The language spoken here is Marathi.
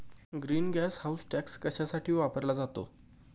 ग्रीन गॅस हाऊस टॅक्स कशासाठी वापरला जातो?